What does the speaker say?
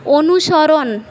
অনুসরণ